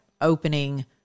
opening